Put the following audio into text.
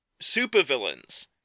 supervillains